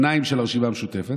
שניים של הרשימה המשותפת,